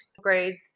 grades